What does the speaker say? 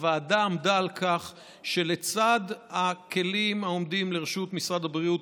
הוועדה עמדה על כך שלצד הכלים העומדים לרשות משרד הבריאות,